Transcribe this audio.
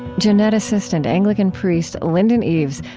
geneticist and anglican priest lindon eaves.